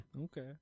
Okay